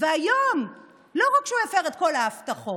והיום לא רק שהוא הפר את כל ההבטחות,